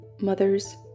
mothers